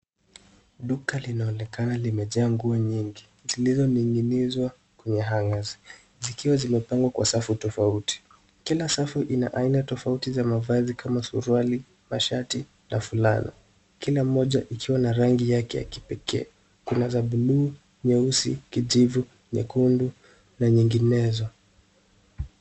Duka linaonekana limejaa nguo nyingi, zilizoni ng'izwa kwenye hangers . Zikiwa zimepangwa kwa safu tofauti. Kila safu ina aina tofauti za mavazi kama suruali, mashati na fulana. Kila mmoja ikiwa na rangi yake ya kipekee. Kuna za bluu, nyeusi, kijivu, nyekundu, na nyinginezo.